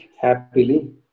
happily